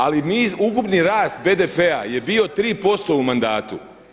Ali mi ukupni rast BDP-a je bio 3% u mandatu.